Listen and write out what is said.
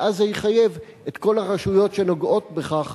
ואז זה יחייב את כל הרשויות שנוגעות בכך,